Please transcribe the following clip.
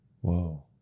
Whoa